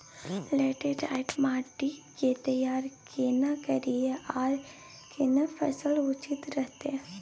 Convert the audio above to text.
Laterite माटी की तैयारी केना करिए आर केना फसल उचित रहते?